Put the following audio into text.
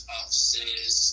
offices